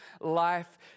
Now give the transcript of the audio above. life